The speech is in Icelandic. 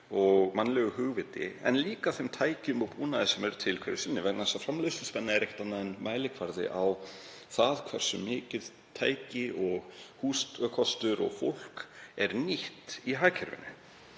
og mannlegu hugviti, en líka þeim tækjum og búnaði sem er til hverju sinni, vegna þess að framleiðsluspenna er ekkert annað en mælikvarði á hversu mikið tæki og húsakostur og fólk eru nýtt í hagkerfinu.